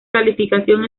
calificación